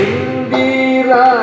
Indira